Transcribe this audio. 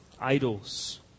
idols